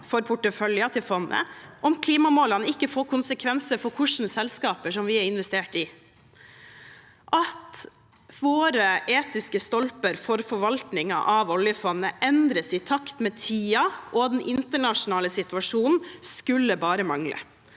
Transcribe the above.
for porteføljen til fondet om klimamålene ikke får konsekvenser for hva slags selskaper vi er investert i? At våre etiske stolper for forvaltningen av oljefondet endres i takt med tiden og den internasjonale situasjonen, skulle bare mangle.